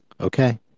Okay